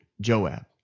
Joab